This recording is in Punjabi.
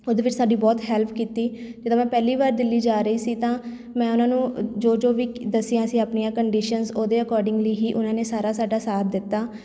ਉਹਦੇ ਵਿੱਚ ਸਾਡੀ ਬਹੁਤ ਹੈਲਪ ਕੀਤੀ ਜਿੱਦਾਂ ਮੈਂ ਪਹਿਲੀ ਵਾਰ ਦਿੱਲੀ ਜਾ ਰਹੀ ਸੀ ਤਾਂ ਮੈਂ ਉਹਨਾਂ ਨੂੰ ਜੋ ਜੋ ਵੀ ਦੱਸਿਆ ਸੀ ਆਪਣੀਆਂ ਕੰਡੀਸ਼ਨਸ ਉਹਦੇ ਅਕੋਡਿੰਗਲੀ ਹੀ ਉਹਨਾਂ ਨੇ ਸਾਰਾ ਸਾਡਾ ਸਾਥ ਦਿੱਤਾ